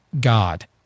God